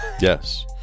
Yes